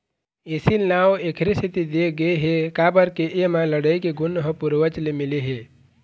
एसील नांव एखरे सेती दे गे हे काबर के एमा लड़ई के गुन ह पूरवज ले मिले हे